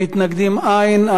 מצביעים.